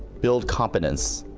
build competence,